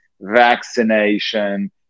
vaccination